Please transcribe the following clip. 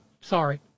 Sorry